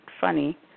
Funny